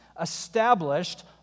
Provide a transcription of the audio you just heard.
established